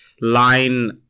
line